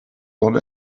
soll